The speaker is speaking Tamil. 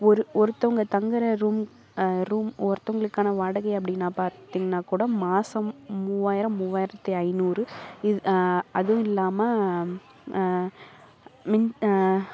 ஒரு ஒருத்தங்க தங்கிற ரூம் ரூம் ஒருத்தங்களுக்கான வாடகை அப்படீனா பார்த்தீங்கனா கூட மாசம் மூவாயிரம் மூவாயிரத்தி ஐந்நூறு இது அதுவும் இல்லாமல் மின்